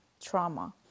trauma